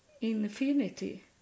infinity